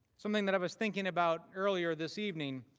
something that i was thinking about earlier this evening.